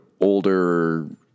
older